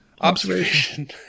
Observation